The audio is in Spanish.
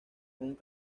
con